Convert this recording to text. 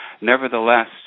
nevertheless